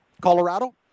Colorado